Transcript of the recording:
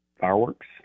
fireworks